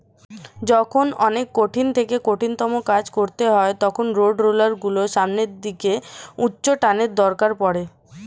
যখন অনেক কঠিন থেকে কঠিনতম কাজ করতে হয় তখন রোডরোলার গুলোর সামনের দিকে উচ্চটানের দরকার পড়ে